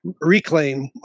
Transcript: reclaim